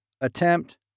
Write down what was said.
attempt